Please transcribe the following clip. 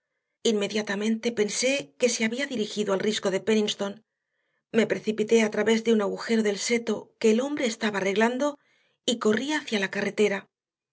inmediatamente pensé que se había dirigido al risco de penniston me precipité a través de un agujero del seto que el hombre estaba arreglando y corrí hacia la carretera